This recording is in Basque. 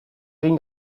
egin